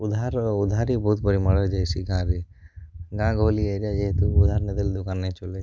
ଉଧାର ଉଧାରି ବହୁତ ପରିମାଣ ଯାଇଛି ସେ ଗାଁରେ ଗାଁ ଗହଲି ଏରିଆ ଯେହେତୁ ଉଧାର ନ ଦେଲେ ଦୋକାନ୍ ନାଇଁ ଚଲେ